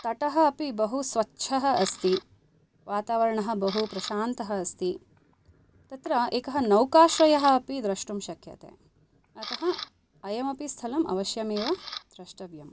तटः अपि बहु स्वच्छः अस्ति वातावरण बहुप्रशान्तः अस्ति तत्र एकः नौकाश्रयः अपि द्रष्टुं शक्यते अतः अयमपि स्थलम् अवश्यमेव द्रष्टव्यम्